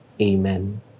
Amen